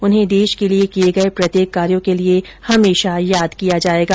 उन्हें देश के लिये किये गये प्रत्येक कार्यो के लिये हमेशा याद किया जायेगा